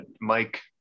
Mike